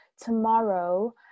tomorrow